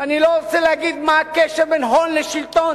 אני לא רוצה להגיד מה הקשר בין הון לשלטון,